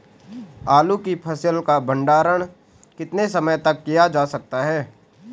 आलू की फसल का भंडारण कितने समय तक किया जा सकता है?